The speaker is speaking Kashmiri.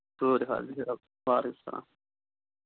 حظ بِہِو